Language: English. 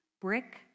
brick